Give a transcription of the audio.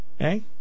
Okay